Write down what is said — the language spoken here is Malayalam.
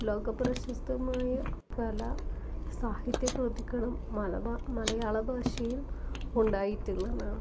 ലോകപ്രശസ്തമായ പല സാഹിത്യ കൃതികളും മലയാള ഭാഷയിൽ ഉണ്ടായിട്ടില്ലന്നാണ്